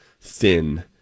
thin